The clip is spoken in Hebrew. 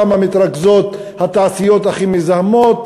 שם מתרכזות התעשיות הכי מזהמות,